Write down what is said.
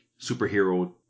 superhero